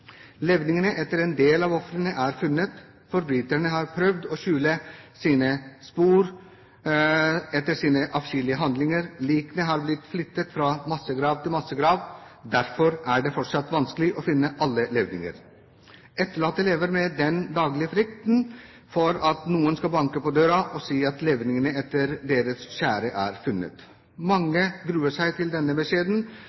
Levningene etter en del av ofrene er funnet. Forbryterne har prøvd å skjule sporene etter sine avskyelige handlinger. Likene har blitt flyttet fra massegrav til massegrav. Derfor er det fortsatt vanskelig å finne alle levninger. Etterlatte lever i daglig frykt for at noen skal banke på døra og si at levningene etter deres kjære er funnet.